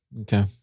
Okay